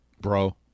Bro